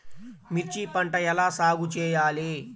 మిర్చి పంట ఎలా సాగు చేయాలి?